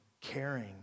caring